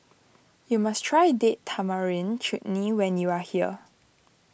you must try Date Tamarind Chutney when you are here